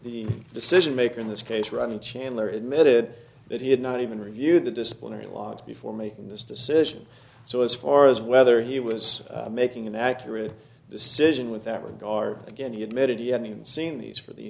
the decision maker in this case run chandler admitted that he had not even reviewed the disciplinary logs before making this decision so as far as whether he was making an accurate decision with that regard again he admitted he hadn't even seen these for the